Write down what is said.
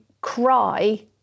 cry